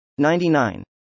99